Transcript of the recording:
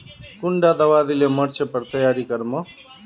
कुंडा दाबा दिले मोर्चे पर तैयारी कर मो?